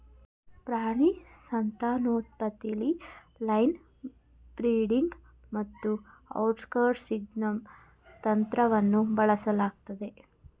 ಪ್ರಾಣಿ ಸಂತಾನೋತ್ಪತ್ತಿಲಿ line breeding ಮತ್ತುಔಟ್ಕ್ರಾಸಿಂಗ್ನಂತಂತ್ರವನ್ನುಬಳಸಲಾಗ್ತದೆ